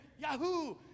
Yahoo